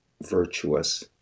virtuous